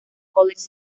college